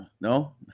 no